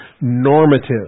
normative